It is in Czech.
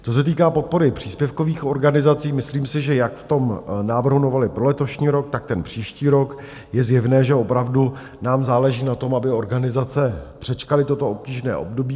Co se týká podpory příspěvkových organizací, myslím si, že jak v tom návrhu novely pro letošní rok, tak pro ten příští rok je zjevné, že opravdu nám záleží na tom, aby organizace přečkaly toto obtížné období.